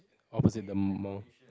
opposite the mall